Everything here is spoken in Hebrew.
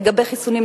לגבי חיסונים,